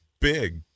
Big